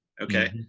Okay